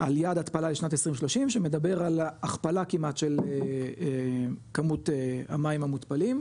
על יעד התפלה לשנת 2030 שמדבר על הכפלה כמעט של כמות המים המותפלים,